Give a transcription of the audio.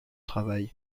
travail